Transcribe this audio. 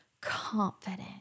confident